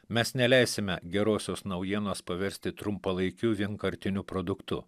mes neleisime gerosios naujienos paversti trumpalaikiu vienkartiniu produktu